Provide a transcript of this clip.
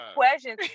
questions